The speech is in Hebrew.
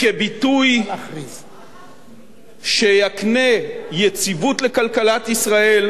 כביטוי שיקנה יציבות לכלכלת ישראל,